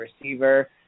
receiver